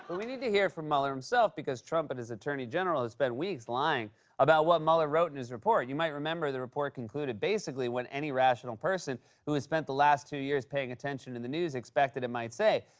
we need to hear from mueller himself because trump and his attorney general have spent weeks lying about what mueller wrote in his report. you might remember the report concluded basically what any rational person who has spent the last two years paying attention to and the news expected it might say.